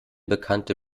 bekannte